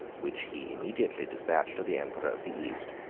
which he immediately despatched to the emperor of the east.